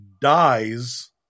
dies